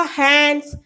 hands